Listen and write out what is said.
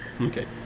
Okay